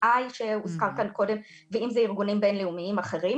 שהוזכר כאן קודם ואם זה ארגונים בין-לאומיים אחרים